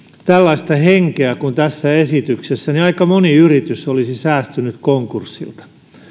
tällaista henkeä kuin tässä esityksessä niin aika moni yritys olisi säästynyt konkurssilta